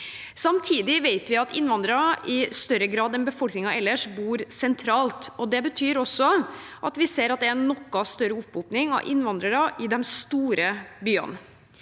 Samtidig vet vi at innvandrere i større grad enn befolkningen ellers bor sentralt. Det betyr også at vi ser at det er noe større opphopning av innvandrere i de store byene.